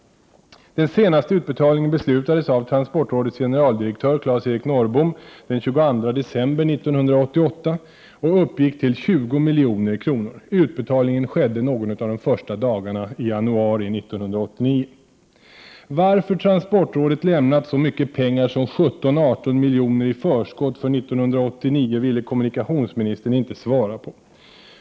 Den senaste utbetalningen beslutades av transportrådets generaldirektör Claes-Eric Norrbom den 22 december 1988 och uppgick till 20 milj.kr. Utbetalningen skedde någon av de första dagarna i januari 1989. Varför transportrådet lämnat så mycket pengar som 17-18 miljoner i förskott för 1989 ville kommunikationsministern inte svara på.